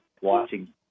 watching